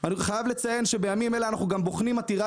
אני חייב לציין שבימים אלה אנחנו גם בוחנים עתירה